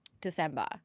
December